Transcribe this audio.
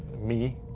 me.